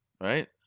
right